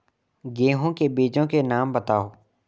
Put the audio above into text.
गेहूँ के बीजों के नाम बताओ?